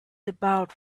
about